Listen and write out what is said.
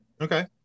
Okay